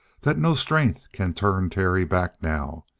that no strength can turn terry back now?